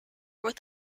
with